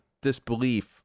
Disbelief